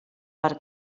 per